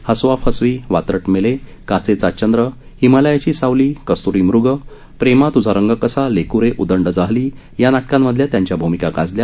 हसवाफसवीवात्रट मेले काचेचा चंद्र हिमालयाची सावली कस्तूरी मृग प्रेमा त्झा रंग कसा लेक्रे उदंड झाली या नाटकांमधल्या त्यांच्या भूमिका गाजल्या